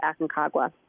Aconcagua